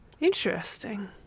Interesting